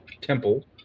temple